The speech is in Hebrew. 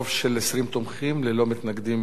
ללא מתנגדים וללא נמנעים,